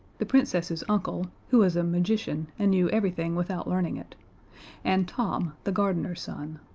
the princess's uncle who was a magician, and knew everything without learning it and tom, the gardener's son.